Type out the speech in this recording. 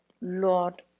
Lord